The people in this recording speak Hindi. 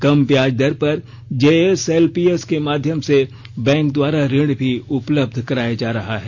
कम ब्याज दर पर जेएसएलपीएस के माध्यम से बैंक द्वारा ऋण भी उपलब्ध कराया जा रहा है